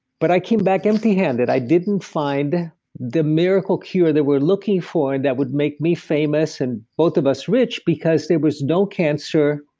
but i came back empty handed. i didn't find the miracle cure that we're looking for that would make me famous and both of us rich, because there was no cancer,